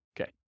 Okay